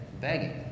begging